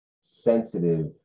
sensitive